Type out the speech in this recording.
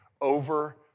over